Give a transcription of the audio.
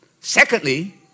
Secondly